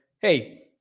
Hey